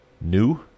New